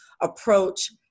approach